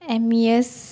M E S